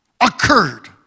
occurred